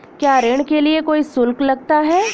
क्या ऋण के लिए कोई शुल्क लगता है?